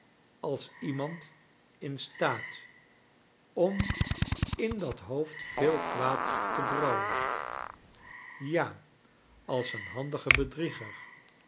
als iemand in staat om in dat hoofd veel kwaad te brouwen ja als een handigen bedrieger